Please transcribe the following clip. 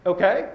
Okay